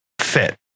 fit